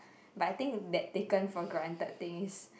but I think that taken for granted thing is